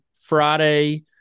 Friday